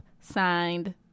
Signed